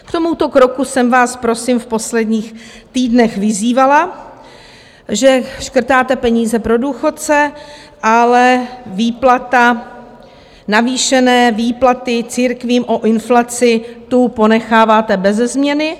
K tomuto kroku jsem vás prosím v posledních týdnech vyzývala, že škrtáte peníze pro důchodce, ale výplatu navýšené výplaty církvím o inflaci, tu ponecháváte beze změny.